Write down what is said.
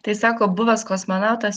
tai sako buvęs kosmonautas